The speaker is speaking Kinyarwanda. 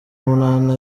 munani